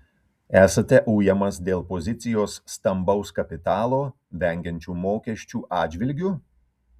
esate ujamas dėl pozicijos stambaus kapitalo vengiančio mokesčių atžvilgiu